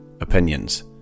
opinions